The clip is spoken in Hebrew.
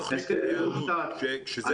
כשזה